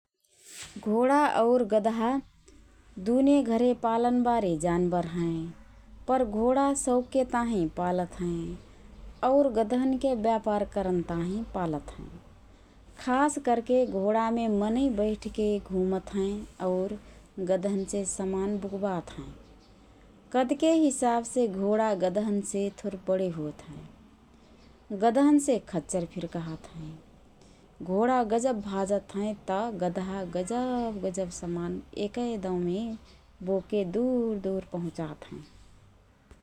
घोडा और गदहा दुने घरमे पालनबारे जानबर हएँ । पर घोडा शौखके ताहिँ पालत हएँ और गदहाके व्यापार करन ताहिँ पालत हएँ । खास करके घोडामे मनइँ बैठके घुँमत हएँ और गदहनसे समान बुकबात हएँ । कदके हिसाबसे घोडा गदहनसे थुर बडे होतहएँ । गदहनसे खच्चर फिर कहत हएँ । घोडा गजब भाजत हएँ त गदहा गजब गजब समान एकए दाओँमे बोकके दुर दुर पहुँचात हए ।